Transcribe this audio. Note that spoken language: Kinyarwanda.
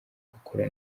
gukura